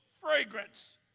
fragrance